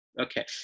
okay